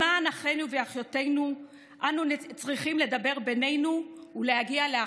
למען אחינו ואחיותינו אנו צריכים לדבר בינינו ולהגיע לאחדות.